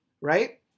right